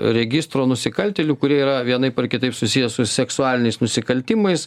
registro nusikaltėlių kurie yra vienaip ar kitaip susiję su seksualiniais nusikaltimais